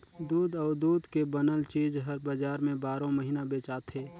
दूद अउ दूद के बनल चीज हर बजार में बारो महिना बेचाथे